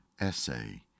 essay